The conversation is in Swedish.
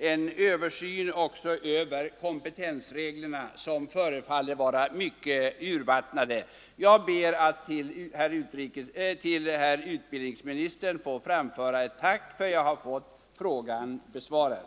en översyn också av kompetensreglerna, som förefaller vara mycket urvattnade. Jag ber att till herr utbildningsministern få framföra ett tack för att jag har fått frågan besvarad.